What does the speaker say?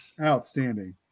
outstanding